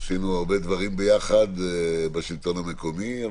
עשינו הרבה דברים יחד בשלטון המקומי.